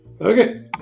Okay